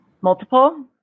multiple